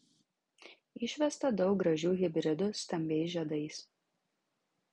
išvesta daug gražių hibridų stambiais žiedais